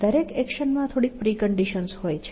દરેક એક્શનમાં થોડીક પ્રિકન્ડિશન્સ હોય છે